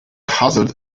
hazard